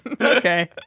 okay